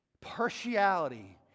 Partiality